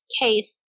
case